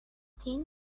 thin